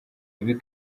ibi